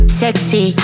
sexy